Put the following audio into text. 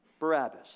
Barabbas